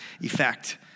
effect